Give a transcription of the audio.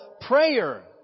prayer